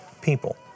people